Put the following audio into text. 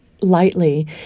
lightly